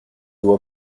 voit